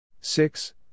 six